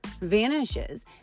vanishes